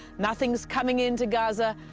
nothingis coming into gaza,